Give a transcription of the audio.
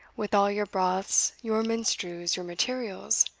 with all your broths, your menstrues, your materials,